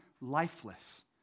lifeless